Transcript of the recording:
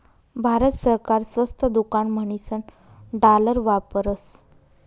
भारत सरकार स्वस्त दुकान म्हणीसन डालर वापरस